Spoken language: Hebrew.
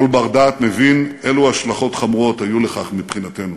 כל בר-דעת מבין אילו השלכות חמורות היו לכך מבחינתנו.